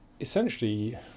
essentially